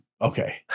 Okay